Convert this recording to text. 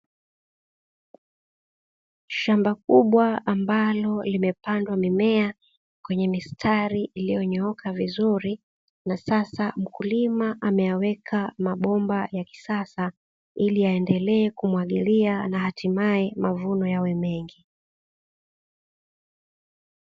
Shamba kubwa ambalo limepandwa mimea kwenye mistari iliyonyooka vizuri, na sasa mkulima ameyaweka mabomba ya kisasa ili aendelee kumwagilia na hatimaye mavuno yawe mengi.